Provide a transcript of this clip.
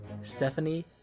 Stephanie